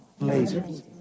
lasers